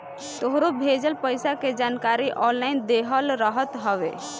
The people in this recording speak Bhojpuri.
तोहरो भेजल पईसा के जानकारी ऑनलाइन देहल रहत हवे